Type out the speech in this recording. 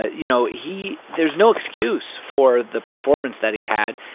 you know, he there's no excuse for the performance that he had.